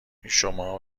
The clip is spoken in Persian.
شما